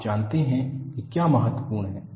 आप जानते है कि क्या महत्वपूर्ण है